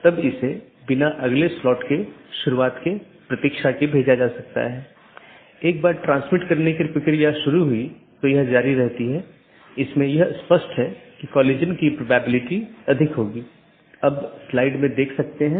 सत्र का उपयोग राउटिंग सूचनाओं के आदान प्रदान के लिए किया जाता है और पड़ोसी जीवित संदेश भेजकर सत्र की स्थिति की निगरानी करते हैं